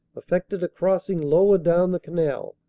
effected a crossing lower down the canal,